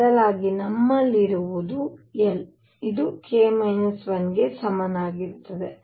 ಬದಲಾಗಿ ನಮ್ಮಲ್ಲಿರುವುದು l ಇದು k 1 ಗೆ ಸಮಾನವಾಗಿರುತ್ತದೆ